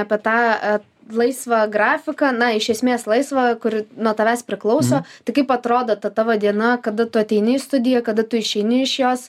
apie tą a laisvą grafiką na iš esmės laisvą kur nuo tavęs priklauso tai kaip atrodo ta tavo diena kada tu ateini į studiją kada tu išeini iš jos